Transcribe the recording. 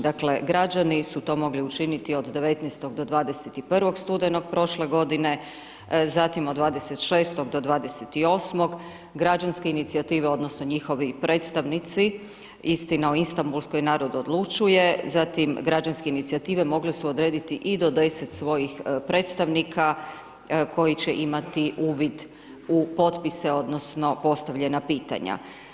Dakle građani su to mogli učiniti od 19. do 21. studenog prošle godine zatim od 26. do 28., građanske inicijative odnosno njihovi predstavnici „Istina o Istanbulskoj“ i „Narod odlučuje“ zatim građanske inicijative mogle su odrediti i do 10 svojih predstavnika koji će imati uvid u potpise odnosno postavljena pitanja.